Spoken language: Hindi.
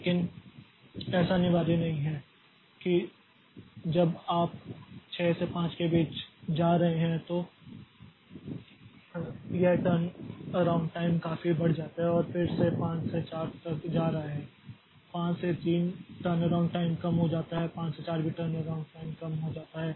लेकिन ऐसा अनिवार्य नहीं है जब आप 6 से 5 के बीच जा रहे हों तो यह टर्नअराउंड टाइम काफी बढ़ जाता है और फिर से 5 से 4 तक जा रहा है 5 से 3 टर्नअराउंड टाइम कम हो जाता है 5 से 4 भी टर्नअराउंड टाइम कम हो जाता है